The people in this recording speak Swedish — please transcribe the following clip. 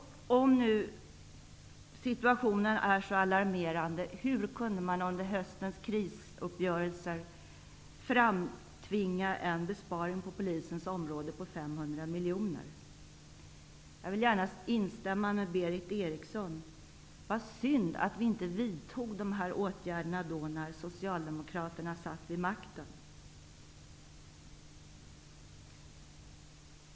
Om situationen är så alarmerande, hur kunde Socialdemokraterna under höstens krisuppgörelser tvinga fram en besparing på polisen på 500 miljoner kronor? Jag vill gärna instämma med Berith Eriksson: Vad synd att vi inte vidtog dessa åtgärder när Socialdemokraterna satt vid makten.